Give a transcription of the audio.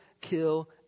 kill